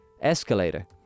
escalator